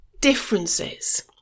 differences